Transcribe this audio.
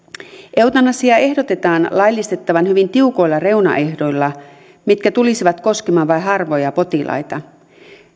eutanasiaa ehdotetaan laillistettavan hyvin tiukoilla reunaehdoilla mitkä tulisivat koskemaan vain harvoja potilaita